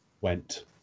went